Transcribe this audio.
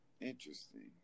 Interesting